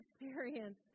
experience